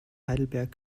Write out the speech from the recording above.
heidelberg